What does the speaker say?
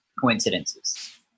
coincidences